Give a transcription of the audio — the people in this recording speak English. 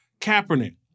Kaepernick